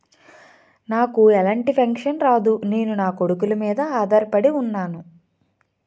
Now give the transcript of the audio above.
నాకు ఎలాంటి పెన్షన్ రాదు నేను నాకొడుకుల మీద ఆధార్ పడి ఉన్నాను